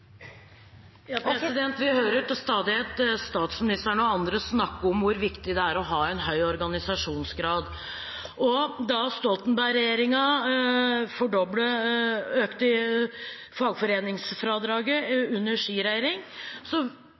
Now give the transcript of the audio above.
Vi hører til stadighet statsministeren og andre snakke om hvor viktig det er å ha en høy organisasjonsgrad. Stoltenberg-regjeringen økte fagforeningsfradraget i sin tid, og